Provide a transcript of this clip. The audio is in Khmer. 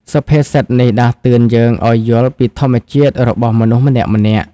សុភាសិតនេះដាស់តឿនយើងឱ្យយល់ពីធម្មជាតិរបស់មនុស្សម្នាក់ៗ។